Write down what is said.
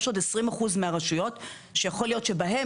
יש עוד 20% מהרשויות שיכול להיות שבהן